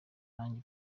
perezida